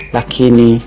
Lakini